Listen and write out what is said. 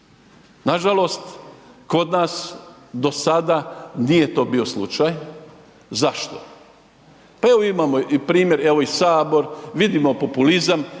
Nažalost, kod nas do sada nije bio to slučaj. Zašto? Pa evo primjer evo i Sabor, vidimo populizam,